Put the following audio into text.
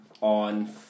on